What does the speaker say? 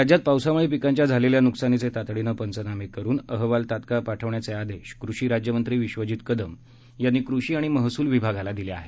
राज्यात पावसामुळे पिकांच्या झालेल्या नुकसानीचे तातडीनं पंचनामे करून अहवाल तात्काळ पाठवण्याचे आदेश कृषी राज्यमंत्री विश्वजित कदम यांनी कृषी आणि महसूल विभागाला दिले आहेत